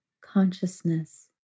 consciousness